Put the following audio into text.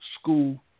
School